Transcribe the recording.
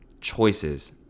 choices